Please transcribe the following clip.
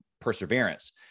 perseverance